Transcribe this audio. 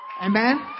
amen